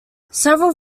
several